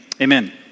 amen